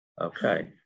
Okay